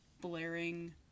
blaring